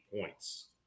points